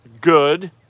good